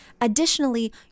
additionally